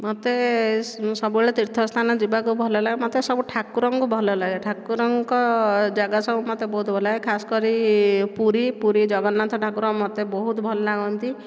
ମୋତେ ସବୁବେଳେ ତୀର୍ଥସ୍ଥାନ ଯିବାକୁ ଭଲ ଲାଗେ ମୋତେ ସବୁ ଠାକୁରଙ୍କୁ ଭଲ ଲାଗେ ଠାକୁରଙ୍କ ଜାଗା ସବୁ ମୋତେ ବହୁତ ଭଲ ଲାଗେ ଖାସ କରି ପୁରୀ ପୁରୀ ଜଗନ୍ନାଥ ଠାକୁର ମୋତେ ବହୁତ ଭଲ ଲାଗନ୍ତି